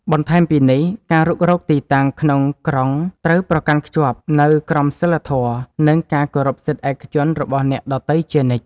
បន្ថែមពីនេះ ការរុករកទីតាំងក្នុងក្រុងត្រូវប្រកាន់ខ្ជាប់នូវក្រមសីលធម៌ និងការគោរពសិទ្ធិឯកជនរបស់អ្នកដទៃជានិច្ច។